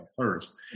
first